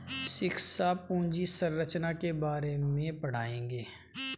शिक्षक पूंजी संरचना के बारे में पढ़ाएंगे